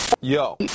Yo